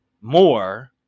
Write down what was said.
more